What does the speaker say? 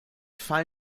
fall